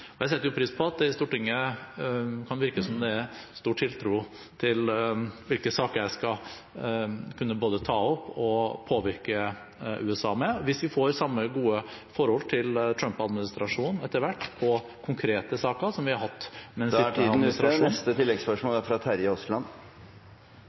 Jeg setter pris på at det kan virke som om det i Stortinget er stor tiltro til hvilke saker jeg skal kunne ta opp med USA, og påvirke dem i. Hvis vi etter hvert får samme gode forhold til Trump-administrasjonen på konkrete saker som vi har hatt med